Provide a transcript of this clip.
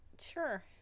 Sure